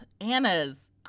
Anna's